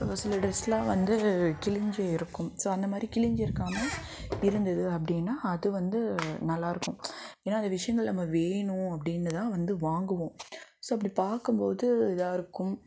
ஒரு சில ட்ரெஸ்ஸெலாம் வந்து கிழிஞ்சி இருக்கும் ஸோ அந்த மாதிரி கிழிஞ்சி இருக்காமல் இருந்தது அப்படின்னா அது வந்து நல்லாயிருக்கும் ஏன்னா அந்த விஷயங்கள் நம்ம வேணும் அப்படின்னு தான் வந்து வாங்குவோம் ஸோ அப்படி பார்க்கும்போது இதாக இருக்கும்